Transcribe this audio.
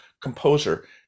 composer